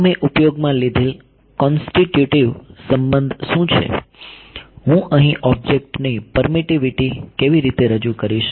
તો મેં ઉપયોગમાં લીધેલ કોન્સ્ટિટ્યૂટિવ સંબંધ શું છે હું અહીં ઑબ્જેક્ટની પરમિટિવિટી કેવી રીતે રજૂ કરીશ